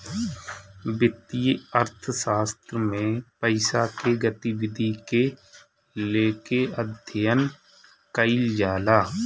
वित्तीय अर्थशास्त्र में पईसा के गतिविधि के लेके अध्ययन कईल जाला